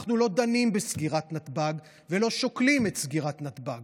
אנחנו לא דנים בסגירת נתב"ג ולא שוקלים את סגירת נתב"ג,